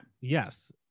Yes